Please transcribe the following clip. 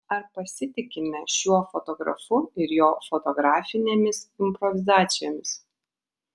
ar pasitikime šiuo fotografu ir jo fotografinėmis improvizacijomis